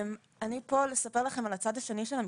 אני פה לספר לכם על הצד השני של המתרס.